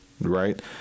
right